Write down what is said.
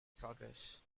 progress